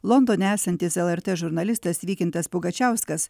londone esantis lrt žurnalistas vykintas pugačiauskas